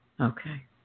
Okay